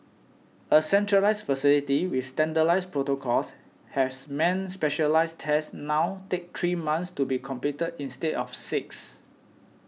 a centralised facility with standardised protocols has meant specialised tests now take three months to be completed instead of six